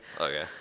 Okay